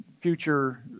future